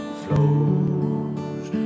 flows